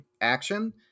action